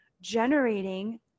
generating